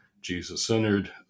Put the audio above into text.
Jesus-centered